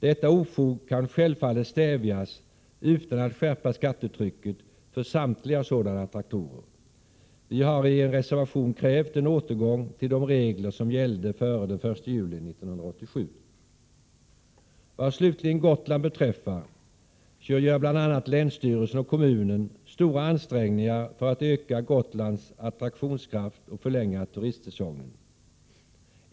Detta ofog kan självfallet stävjas utan skärpning av skattetrycket för samtliga sådana traktorer. Vi har i en reservation krävt en återgång till de regler som gällde före den 1 juli 1987. Vad slutligen Gotland beträffar, gör bl.a. länsstyrelsen och kommunen stora ansträngningar för att öka Gotlands attraktionskraft och förlänga Prot. 1987/88:85 turistsäsongen.